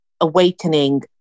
awakening